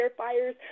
firefighters